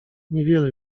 niewiele